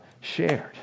shared